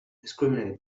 discriminated